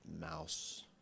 mouse